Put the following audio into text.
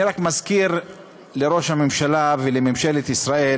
אני רק מזכיר לראש הממשלה ולממשלת ישראל